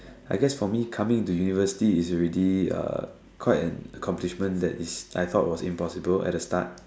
I guess for me coming to university is already uh quite an accomplishment that is I thought was impossible at the start